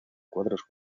cuadros